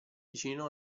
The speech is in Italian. vicino